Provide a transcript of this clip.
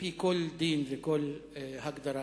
על-פי כל דין וכל הגדרה,